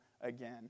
again